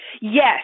Yes